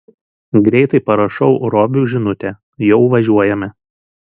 greitai parašau robiui žinutę jau važiuojame